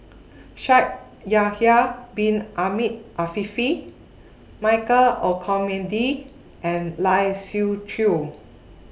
Shaikh Yahya Bin Ahmed Afifi Michael Olcomendy and Lai Siu Chiu